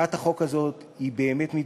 הצעת החוק הזאת היא באמת מידתית,